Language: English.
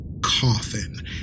coffin